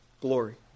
glory